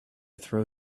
throw